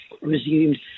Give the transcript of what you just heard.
resumed